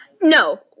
No